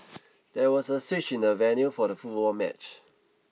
there was a switch in the venue for the football match